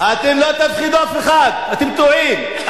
אתם לא תפחידו אף אחד, אתם טועים.